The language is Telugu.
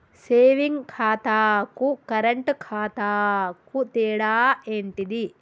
సేవింగ్ ఖాతాకు కరెంట్ ఖాతాకు తేడా ఏంటిది?